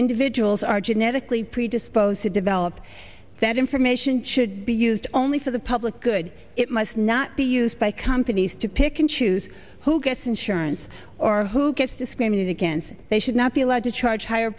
individuals are genetically predisposed to develop that information should be used only for the public good it must not be used by companies to pick and choose who gets insurance or who gets discriminate against they should not be allowed to charge higher